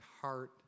Heart